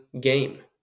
game